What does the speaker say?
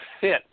fit